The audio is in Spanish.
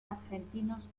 argentinos